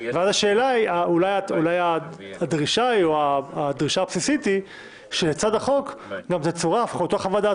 אולי הדרישה הבסיסית היא שלצד החוק תצורף חוות דעת